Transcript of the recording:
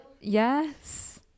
Yes